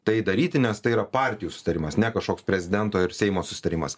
tai daryti nes tai yra partijų susitarimas ne kažkoks prezidento ir seimo susitarimas